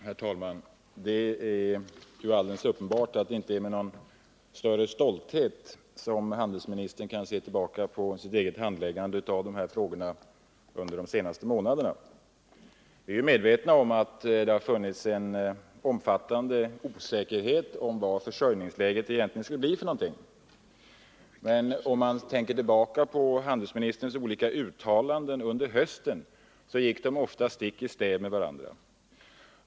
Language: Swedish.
Herr talman! Det är ju alldeles uppenbart att det inte är med någon större stolthet som handelsministern kan se tillbaka på sitt eget handläggande av dessa frågor under de senaste månaderna. Vi är medvetna om att det har funnits en omfattande osäkerhet om hur försörjningsläget egentligen skulle bli. Men handelsministerns olika uttalanden under hösten gick ofta stick i stäv med varandra.